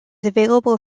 available